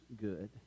good